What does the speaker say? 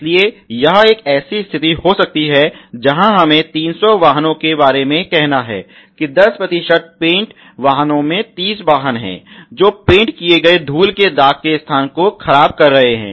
इसलिए यह एक ऐसी स्थिति हो सकती है जहां हमें 300 वाहनों के बारे में कहना है कि 10 प्रतिशत पेंट वाहनों में 30 वाहन हैं जो पेंट किए गए धूल के दाग के स्थान को खराब कर रहे हैं